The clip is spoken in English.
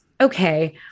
okay